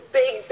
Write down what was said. big